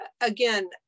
again